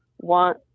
want